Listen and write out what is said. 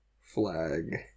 Flag